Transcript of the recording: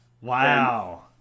Wow